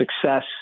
success